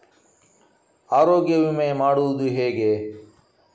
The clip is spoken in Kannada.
ಆರೋಗ್ಯ ವಿಮೆ ಮಾಡುವುದು ಹೇಗೆ?